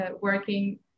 working